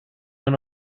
went